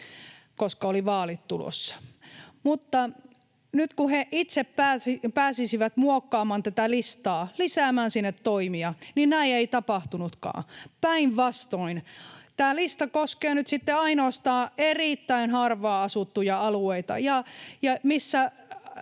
koska oli vaalit tulossa, mutta nyt kun he itse pääsisivät muokkaamaan tätä listaa, lisäämään sinne toimia, niin näin ei ole tapahtunutkaan. Päinvastoin, tämä lista koskee nyt sitten ainoastaan erittäin harvaan asuttuja alueita.